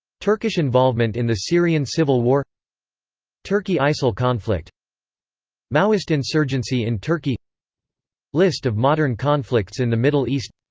turkish involvement in the syrian civil war turkey-isil conflict maoist insurgency in turkey list of modern conflicts in the middle east